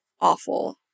awful